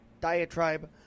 diatribe